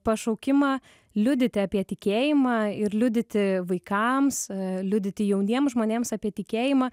pašaukimą liudyti apie tikėjimą ir liudyti vaikams liudyti jauniems žmonėms apie tikėjimą